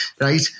right